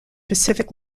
pacific